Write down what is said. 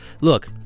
Look